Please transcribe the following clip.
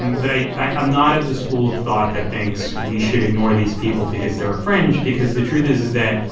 but i'm not of the school of thought that thinks we should ignore these people because they're a fringe because the truth is is that,